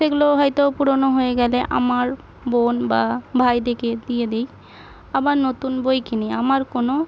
সেগুলো হয়তো পুরোনো হয়ে গেলে আমার বোন বা ভাইদেকে দিয়ে দিই আবার নতুন বই কিনি আমার কোনো